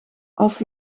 als